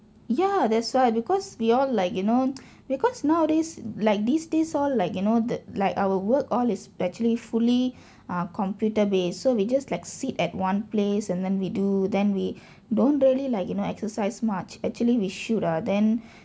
ya that's why because we all like you know because nowadays like these days all like you know the like our work all is actually fully ah computer based so we just like sit at one place and then we do then we don't really like you know exercise much actually we should ah then